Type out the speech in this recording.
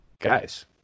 Guys